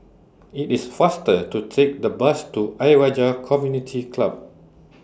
IT IS faster to Take The Bus to Ayer Rajah Community Club